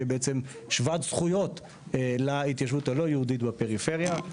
בעצם שוות זכויות להתיישבות הלא יהודית בפריפריה.